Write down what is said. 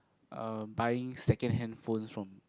uh buying second hand phones from people